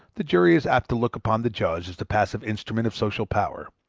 the jury is apt to look upon the judge as the passive instrument of social power,